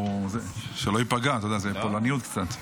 שלא ייפגע, אתה יודע, זה פולניות קצת.